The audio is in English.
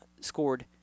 scored